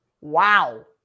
Wow